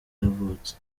yavutse